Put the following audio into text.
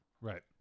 Right